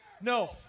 No